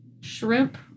shrimp